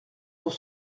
pour